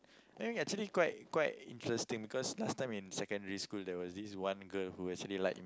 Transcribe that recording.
I mean actually quite quite interesting because last time in secondary school there was this one girl who actually like